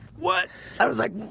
what i was like,